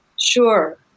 Sure